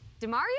Demario